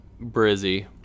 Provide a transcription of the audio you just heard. Brizzy